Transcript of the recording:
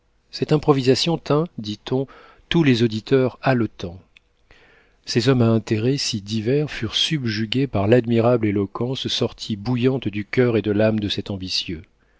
cette improvisation tint dit-on tous les auditeurs haletants ces hommes à intérêts si divers furent subjugués par l'admirable éloquence sortie bouillante du coeur et de l'âme de cet ambitieux